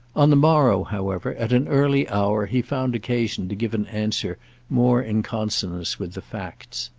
on the morrow, however, at an early hour, he found occasion to give an answer more in consonance with the facts.